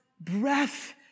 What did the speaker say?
breath